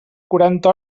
quaranta